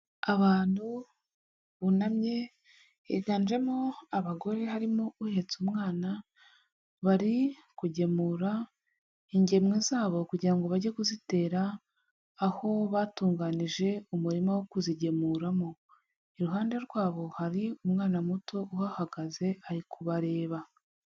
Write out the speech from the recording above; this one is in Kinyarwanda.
Abantu bunamye higanjemo abagore harimo uhetse umwana, bari kugemura ingemwe zabo kugira ngo bajye kuzitera aho batunganije umurima wo kuzigemuramo, iruhande rwabo hari umwana muto uhagaze ari kubareba.